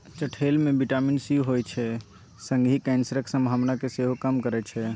चठेल मे vitamin C होइ छै संगहि कैंसरक संभावना केँ सेहो कम करय छै